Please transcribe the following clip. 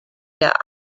der